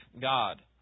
God